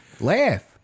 Laugh